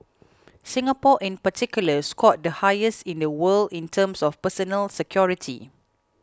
Singapore in particular scored the highest in the world in terms of personal security